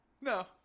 No